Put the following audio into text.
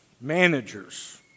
managers